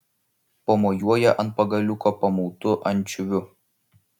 pamojuoja ant pagaliuko pamautu ančiuviu